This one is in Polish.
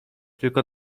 tylko